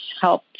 help